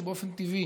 שבאופן טבעי